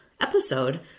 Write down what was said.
episode